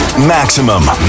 Maximum